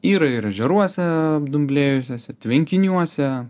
yra ir ežeruose apdumblėjusiuose tvenkiniuose